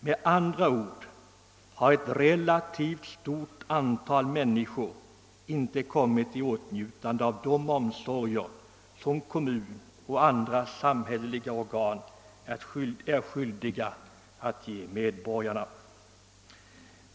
Med andra ord har ett relativt stort antal människor inte kommit i åtnjutande av de omsorger som kommunerna och andra samhälleliga organ är skyldiga att ge medborgarna.